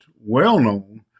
well-known